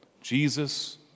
Jesus